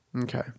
Okay